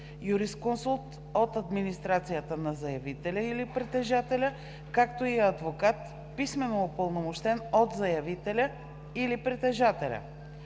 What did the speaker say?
юрисконсулт от администрацията на заявителя или притежателя, както и адвокат, писмено упълномощен от заявителя или притежателя.